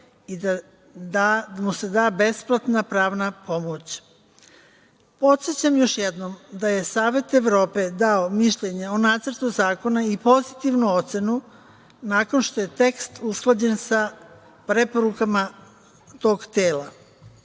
i da mu se da besplatna pravna pomoć. Podsećam još jednom da je Savet Evrope dao mišljenje o Nacrtu zakona i pozitivnu ocenu nakon što je tekst usklađen sa preporukama tog tela. Ovo